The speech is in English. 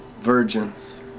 virgins